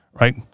right